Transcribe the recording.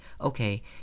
okay